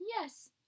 yes